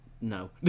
No